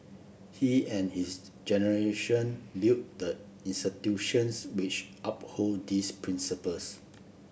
he and his generation built the which uphold these principles